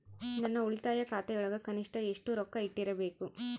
ನನ್ನ ಉಳಿತಾಯ ಖಾತೆಯೊಳಗ ಕನಿಷ್ಟ ಎಷ್ಟು ರೊಕ್ಕ ಇಟ್ಟಿರಬೇಕು?